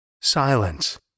Silence